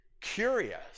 curious